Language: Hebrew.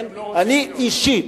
אני אישית,